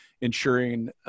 ensuring